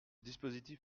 dispositif